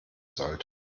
sollte